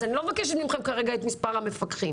אז אני לא מבקשת מכם כרגע את מספר המפקחים.